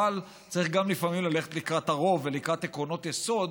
אבל צריך גם לפעמים ללכת לקראת הרוב ולקראת עקרונות יסוד